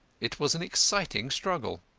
it was an exciting struggle.